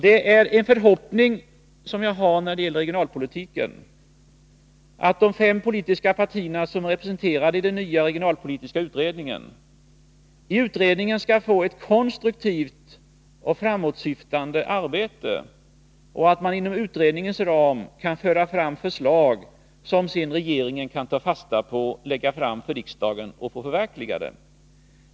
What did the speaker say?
Jag har en förhoppning när det gäller regionalpolitiken, att de fem politiska partierna som är representerade i den nya regionalpolitiska utredningen skall få möjlighet att utföra ett konstruktivt och framåtsyftande arbete i utredningen. Jag hoppas att man inom utredningens ram skall kunna föra fram förslag som regeringen sedan kan ta fasta på och lägga fram för riksdagen, så att de kan förverkligas.